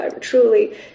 truly